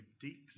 deeply